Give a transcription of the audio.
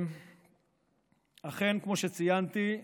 כמו שציינתי,